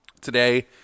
today